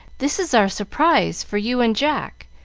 this is our surprise for you and jack,